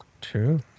true